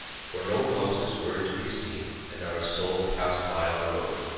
for no houses were to be seen and not a soul passed by on the road.